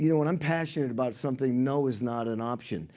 you know when i'm passionate about something, no is not an option.